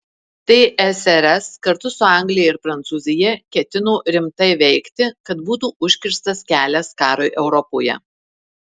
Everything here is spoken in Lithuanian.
tsrs kartu su anglija ir prancūzija ketino rimtai veikti kad būtų užkirstas kelias karui europoje